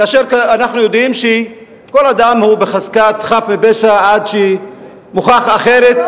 כאשר אנחנו יודעים שכל אדם הוא בחזקת חף מפשע עד שמוכח אחרת.